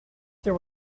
there